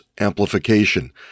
amplification